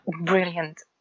brilliant